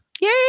Yay